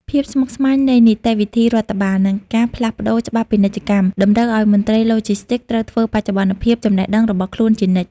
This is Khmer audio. ភាពស្មុគស្មាញនៃនីតិវិធីរដ្ឋបាល និងការផ្លាស់ប្តូរច្បាប់ពាណិជ្ជកម្ម តម្រូវឱ្យមន្ត្រីឡូជីស្ទីកត្រូវធ្វើបច្ចុប្បន្នភាពចំណេះដឹងរបស់ខ្លួនជានិច្ច។